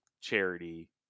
charity